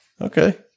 Okay